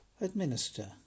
administer